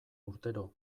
urtero